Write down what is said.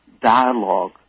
dialogue